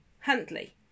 Huntley